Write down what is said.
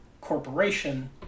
corporation